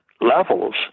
levels